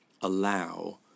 allow